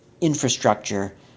infrastructure